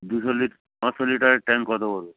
দুশো লি পাঁচশো লিটারের ট্যাঙ্ক কত পড়বে